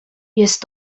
jest